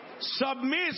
Submit